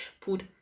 put